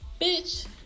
Bitch